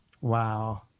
Wow